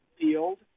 field